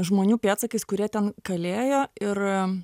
žmonių pėdsakais kurie ten kalėjo ir